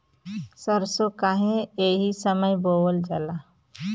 सरसो काहे एही समय बोवल जाला?